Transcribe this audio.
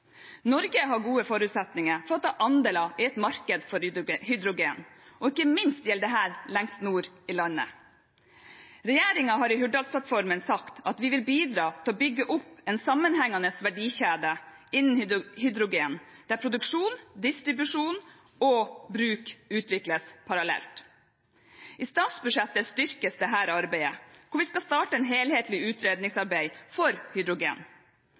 Norge har gode forutsetninger for å ta andeler i et marked for hydrogen, og ikke minst gjelder dette lengst nord i landet. Regjeringen har i Hurdalsplattformen sagt at vi vil bidra til å bygge opp en sammenhengende verdikjede innen hydrogen, der produksjon, distribusjon og bruk utvikles parallelt. I statsbudsjettet styrkes dette arbeidet, hvor vi skal starte et helhetlig utredningsarbeid for hydrogen.